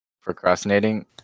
procrastinating